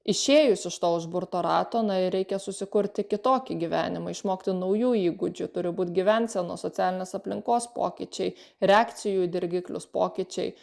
išėjus iš to užburto rato na ir reikia susikurti kitokį gyvenimą išmokti naujų įgūdžių turi būt gyvensenos socialinės aplinkos pokyčiai reakcijų į dirgiklius pokyčiai